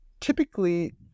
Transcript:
typically